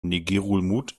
ngerulmud